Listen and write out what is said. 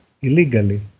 illegally